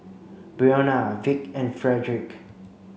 Brionna Vick and Frederic